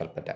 Kalpetta